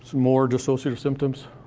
more dissociative symptoms.